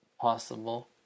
possible